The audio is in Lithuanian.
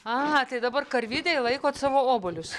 a tai dabar karvidėj laikot savo obuolius